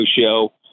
Show